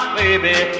baby